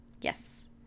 Yes